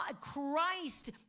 christ